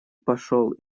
пошел